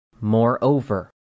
Moreover